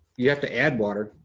you have to add water,